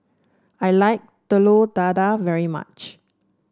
I like Telur Dadah very much